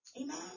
Amen